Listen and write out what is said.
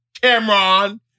Cameron